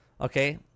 okay